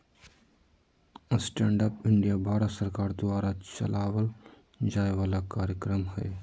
stand up India Bharat सरकार द्वारा चलावल जाय वाला कार्यक्रम हय